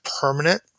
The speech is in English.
permanent